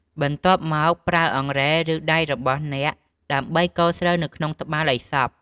បន្ទាប់មក ប្រើអង្រែ ឬដៃរបស់អ្នកដើម្បីកូរស្រូវនៅក្នុងត្បាល់ឱ្យសព្វ។